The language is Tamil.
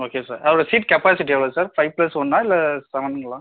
ஓகே சார் அதோட சீட் கெப்பாசிட்டி எவ்வளோ சார் ஃபைவ் ப்ளஸ் ஒன்னா இல்லை செவனுங்களா